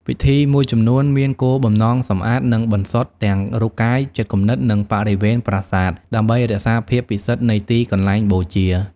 ពិធីមួយចំនួនមានគោលបំណងសម្អាត និងបន្សុទ្ធទាំងរូបកាយ ចិត្តគំនិត និងបរិវេណប្រាសាទ ដើម្បីរក្សាភាពពិសិដ្ឋនៃទីកន្លែងបូជា។